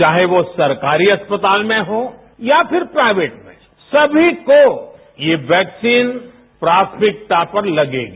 चाहे वो सरकारी अस्पताल में हो या फिर प्राइवेट में सभी को ये वैक्सीन प्राथमिकता पर लगेगी